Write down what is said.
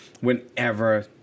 whenever